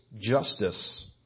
justice